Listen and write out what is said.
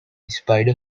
spider